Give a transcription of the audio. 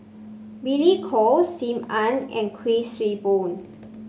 Billy Koh Sim Ann and Kuik Swee Boon